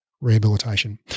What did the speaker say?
Rehabilitation